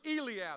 Eliab